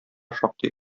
шактый